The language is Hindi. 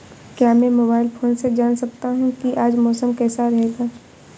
क्या मैं मोबाइल फोन से जान सकता हूँ कि आज मौसम कैसा रहेगा?